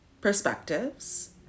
perspectives